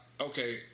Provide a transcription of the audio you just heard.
Okay